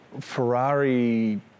Ferrari